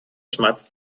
schmatzt